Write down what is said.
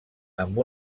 amb